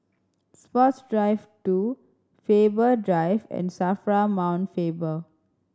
Sports Drive Two Faber Drive and SAFRA Mount Faber